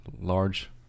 large